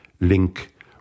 link